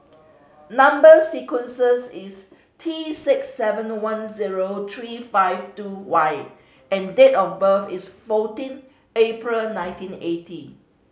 number sequences is T six seven one zero three five two Y and date of birth is fourteen April nineteen eighty